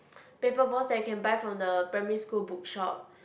paper balls that you can buy from the primary school book shop